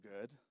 good